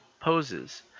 poses